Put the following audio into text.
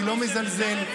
אז אל תזלזל, אני לא מזלזל.